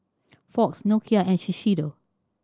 Fox Nokia and Shiseido